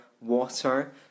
water